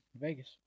Vegas